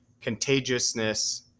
contagiousness